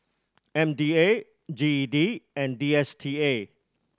M D A G E D and D S T A